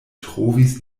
trovis